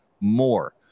more